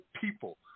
people